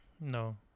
No